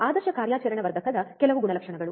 ಆದರ್ಶ ಕಾರ್ಯಾಚರಣಾ ವರ್ಧಕದ ಕೆಲವು ಗುಣಲಕ್ಷಣಗಳು